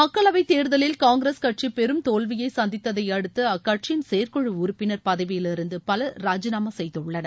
மக்களவைத் தேர்தலில் காங்கிரஸ் கட்சி பெரும் தோல்வியை சந்தித்ததை அடுத்து அக்கட்சியின் செயற்குழு உறுப்பினர் பதவியிலிருந்து பலர் ராஜினாமா செய்துள்ளனர்